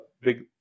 big